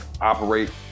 operate